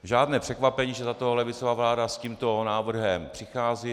Žádné překvapení, že levicová vláda s tímto návrhem přichází.